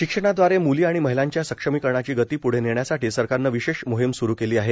शिक्षणाद्वारे मुली आणि महिलांच्या सक्षमीकरणाची गती पुढे नेण्यासाठी सरकारने विशेष मोहीम सूरू केली आहे